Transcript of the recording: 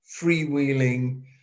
freewheeling